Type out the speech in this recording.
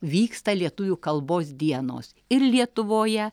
vyksta lietuvių kalbos dienos ir lietuvoje